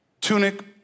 tunic